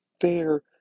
fair